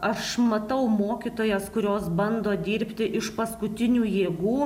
aš matau mokytojas kurios bando dirbti iš paskutinių jėgų